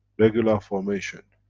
regular formation,